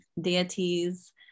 deities